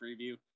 preview